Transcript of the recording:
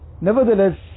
nevertheless